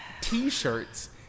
t-shirts